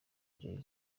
jay